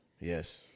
yes